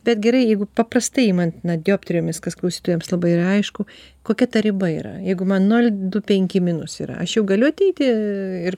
bet gerai jeigu paprastai imant na dioptrijomis kas klausytojams labai yra aišku kokia ta riba yra jeigu man nol du penki minus yra aš jau galiu ateiti ir